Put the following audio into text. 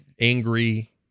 angry